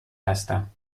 هستم